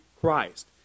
Christ